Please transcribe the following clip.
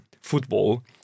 football